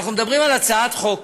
אנחנו מדברים על הצעת חוק